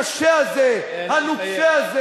חמישה אנשים.